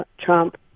Trump